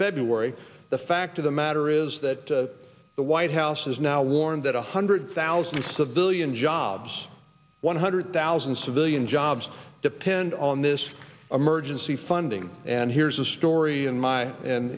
february the fact of the matter is that the white house has now warned that one hundred thousand civilian jobs one hundred thousand civilian jobs depend on this emergency funding and here's a story in my and